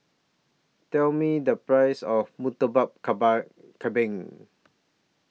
Tell Me The Price of Murtabak Kambing